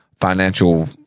financial